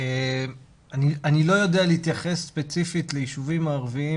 לא יודע להתייחס ספציפית ליישובים הערביים